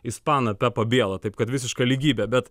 ispaną pepą bielą taip kad visiška lygybė bet